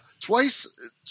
twice